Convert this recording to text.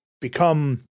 become